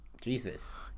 Jesus